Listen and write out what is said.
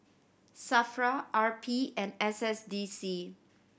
SAFRA R P and S S D C